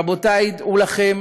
רבותי, דעו לכם